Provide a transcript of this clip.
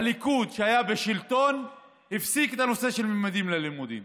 הליכוד, שהיה בשלטון, הפסיק את ממדים ללימודים.